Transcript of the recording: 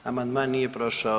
Amandman nije prošao.